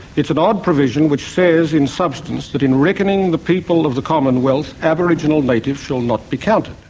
it's an odd provision which says in substance that in reckoning the people of the commonwealth, aboriginal natives shall not be counted.